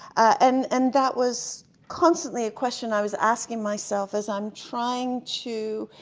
and and that was constantly a question i was asking myself as i'm trying to